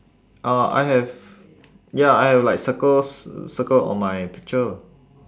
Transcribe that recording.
uh I have ya I have like circles circle on my picture lah